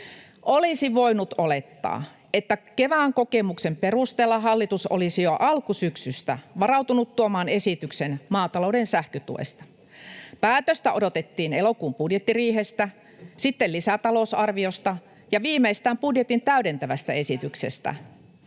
Olisi voinut olettaa, että kevään kokemuksen perusteella hallitus olisi jo alkusyksystä varautunut tuomaan esityksen maatalouden sähkötuesta. Päätöstä odotettiin elokuun budjettiriihestä, sitten lisätalousarviosta ja viimeistään budjetin täydentävästä esityksestä